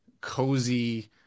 cozy